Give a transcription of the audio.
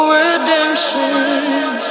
redemption